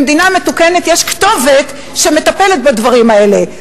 במדינה מתוקנת יש כתובת שמטפלת בדברים האלה.